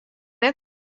net